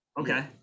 Okay